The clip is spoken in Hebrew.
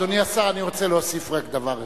אדוני השר, אני רוצה להוסיף רק דבר אחד: